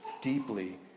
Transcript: deeply